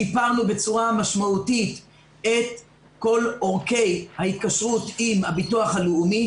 שיפרנו בצורה משמעותית את כל עורקי ההתקשרות עם הביטוח הלאומי,